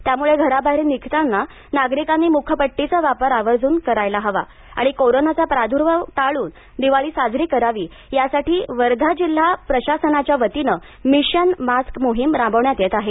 त्यामुळे घराबाहेर निघताना नागरिकांनी मुखपट्टीचा वापर आवर्जून करावा आणि कोरोनाचा प्राद्भाव टाळून दिवाळी साजरी करावी यासाठी वर्धा जिल्हा प्रशासनाच्या वतीनमिशन मास्क मोहीम राबविण्यात येत आहे